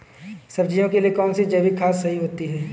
सब्जियों के लिए कौन सी जैविक खाद सही होती है?